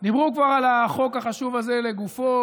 דיברו כבר על החוק החשוב הזה לגופו,